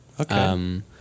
Okay